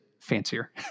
fancier